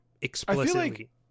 explicitly